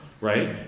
right